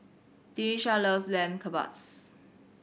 Denisha love Lamb Kebabs